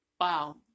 wow